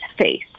face